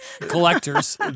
collectors